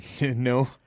no